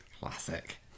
Classic